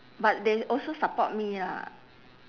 but they also support me lah